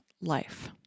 life